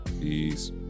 Peace